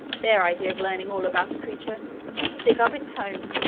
their idea of learning all about a creature was to dig up its home,